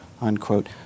unquote